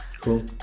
Cool